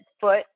foot